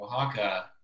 Oaxaca